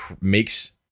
makes